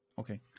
Okay